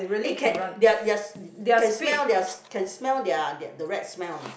eh can their their can smell their can smell their the rat smell or not